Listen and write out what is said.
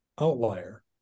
outlier